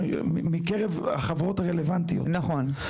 10%. נכון.